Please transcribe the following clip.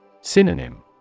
Synonym